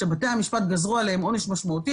שבתי המשפט גזרו עליהם עונש משמעותי,